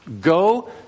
Go